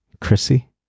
chrissy